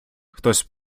хтось